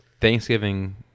Thanksgiving